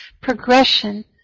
progression